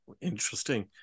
Interesting